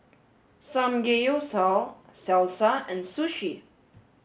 Samgeyopsal Salsa and Sushi